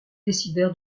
décidèrent